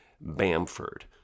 Bamford